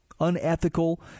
unethical